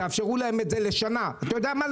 תאפשרו להם את זה לשנה, אתה יודע מה?